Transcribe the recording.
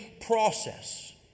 process